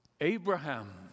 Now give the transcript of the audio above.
Abraham